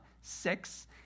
six